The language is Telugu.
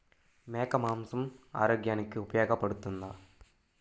మేక మాంసం ఆరోగ్యానికి ఉపయోగపడుతుందా?